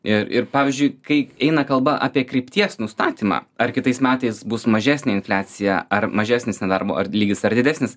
ir ir pavyzdžiui kai eina kalba apie krypties nustatymą ar kitais metais bus mažesnė infliacija ar mažesnis nedarbo ar lygis ar didesnis